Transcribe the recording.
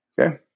Okay